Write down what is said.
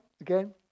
again